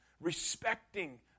respecting